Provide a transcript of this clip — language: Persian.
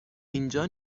اینجا